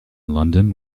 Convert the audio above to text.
london